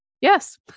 Yes